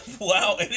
Wow